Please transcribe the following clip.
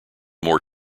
more